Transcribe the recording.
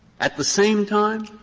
at the same time,